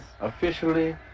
officially